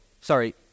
Sorry